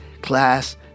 class